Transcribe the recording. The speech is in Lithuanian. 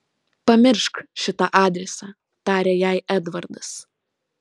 pamiršk šitą adresą tarė jai edvardas